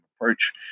approach